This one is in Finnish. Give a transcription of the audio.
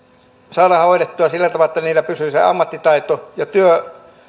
saadaan hoidettua sillä tavalla että heillä pysyy se ammattitaito ja